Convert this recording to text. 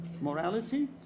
morality